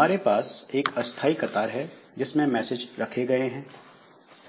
हमारे पास एक अस्थाई कतार है जिसमें मैसेज रखे गए हैं